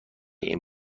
این